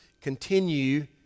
continue